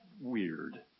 weird